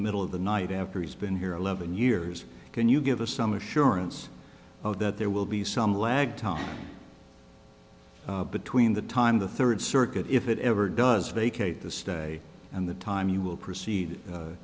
the middle of the night after he's been here eleven years can you give us some assurance of that there will be some lag time between the time the third circuit if it ever does vacate the stay and the time you will proceed